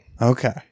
Okay